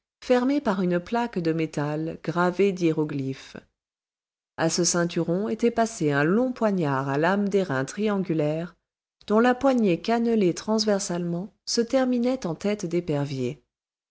par une plaque de métal gravée d'hiéroglyphes à ce ceinturon était passé un long poignard à lame d'airain triangulaire dont la poignée cannelée transversalement se terminait en tête d'épervier